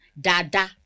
Dada